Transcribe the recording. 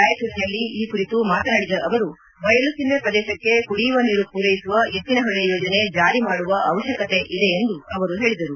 ರಾಯಚೂರಿನಲ್ಲಿ ಈ ಕುರಿತು ಮಾತನಾಡಿದ ಅವರು ಬಯಲು ಸೀಮ ಪ್ರದೇಶಕ್ಷೆ ಕುಡಿಯುವ ನೀರು ಪೂರೈಸುವ ಎತ್ತಿನಹೊಳೆ ಯೋಜನೆ ಜಾರಿ ಮಾಡುವ ಅವತ್ತಕತೆ ಇದೆ ಎಂದು ಹೇಳಿದರು